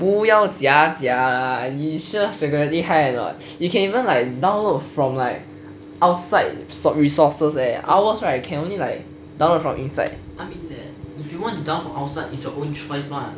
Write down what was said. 不要假假 lah 你 sure security high or not you can even like download from like outside resources eh ours only can download from inside